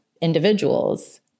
individuals